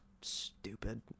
stupid